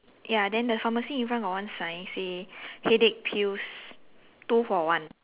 ya then the pharmacy in front got one sign say headache pills two for one